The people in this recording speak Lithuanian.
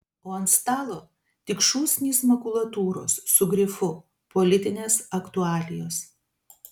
o ant stalo tik šūsnys makulatūros su grifu politinės aktualijos